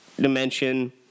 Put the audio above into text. dimension